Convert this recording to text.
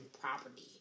property